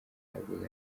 yahabwaga